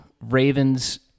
Ravens